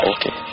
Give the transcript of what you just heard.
Okay